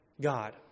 God